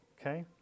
Okay